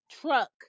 truck